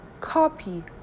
copy